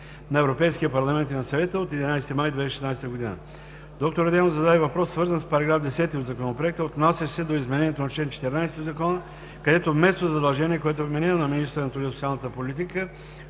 на Европейския парламент и на Съвета от 11 май 2016 г. Доктор Адемов зададе въпрос, свързан с § 10 от Законопроекта, отнасящ се до изменението на чл. 14 от Закона, където вместо задължение, което е вменено на министъра на труда и социалната политика